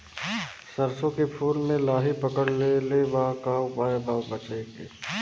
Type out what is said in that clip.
सरसों के फूल मे लाहि पकड़ ले ले बा का उपाय बा बचेके?